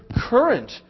current